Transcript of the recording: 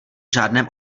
žádném